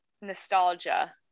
nostalgia